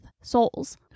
souls